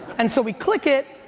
and so we click it,